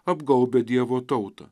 apgaubia dievo tautą